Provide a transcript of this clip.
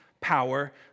power